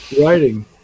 writing